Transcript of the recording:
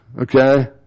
okay